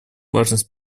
важность